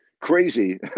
crazy